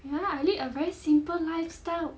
ya I lead a very simple lifestyle